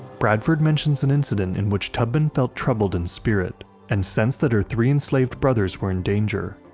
bradford mentions an incident in which tubman felt troubled in spirit and sensed that her three enslaved brothers were in danger.